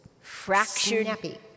fractured